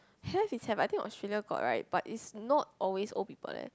have is have I think Australia got right but it's not always old people there